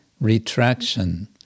retraction